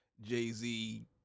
Jay-Z